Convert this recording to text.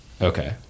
Okay